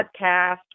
podcast